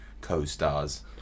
co-stars